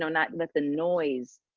so not let the noise